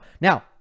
Now